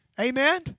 Amen